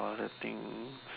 all the thing